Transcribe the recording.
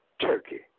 Turkey